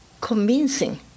convincing